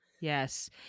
Yes